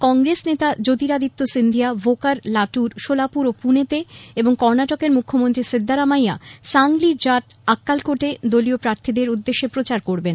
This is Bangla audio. কংগ্রেস নেতা জ্যোতিরাদিত্য সিন্ধিয়া ভোকার লাটুর শোলাপুর ও পুনেতে এবং কর্ণাটকের মুখ্যমন্ত্রী সিদ্দারামাইয়া সাংলি জাট আক্কালকোটে দলীয় প্রার্থীদের উদ্দেশে প্রচার করবেন